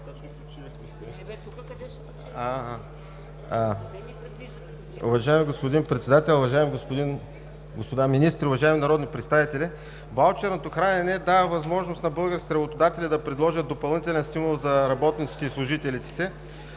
Уважаеми господин Председател, уважаеми господа министри, уважаеми народни представители! Ваучерното хранене дава възможност на българските работодатели да предложат допълнителен стимул за работниците и служителите си.